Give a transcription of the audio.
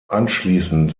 anschließend